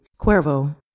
Cuervo